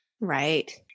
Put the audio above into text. Right